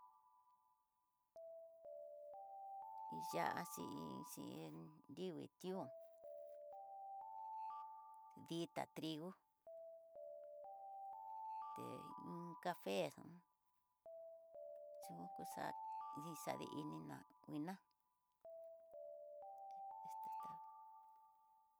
Ya'á xin xin, nrui ti'ó, ditá trigo, té iin café yuku xa'a ni xadi ininá, nguiná este tá.